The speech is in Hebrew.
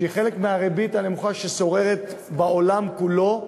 שהיא חלק מהריבית הנמוכה ששוררת בעולם כולו,